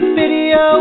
video